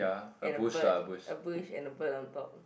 and a bird a bush and a bird on top